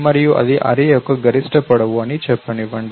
మరియు ఇది అర్రే యొక్క గరిష్ట పొడవు అని చెప్పనివ్వండి